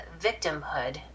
victimhood